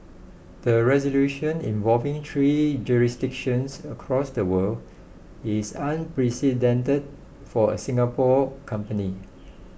the resolution involving three jurisdictions across the world is unprecedented for a Singapore company